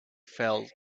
fell